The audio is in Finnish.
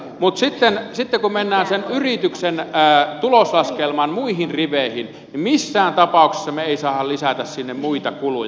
mutta sitten kun mennään sen yrityksen tuloslaskelman muihin riveihin niin missään tapauksessa me emme saa lisätä sinne muita kuluja